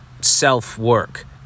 self-work